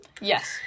Yes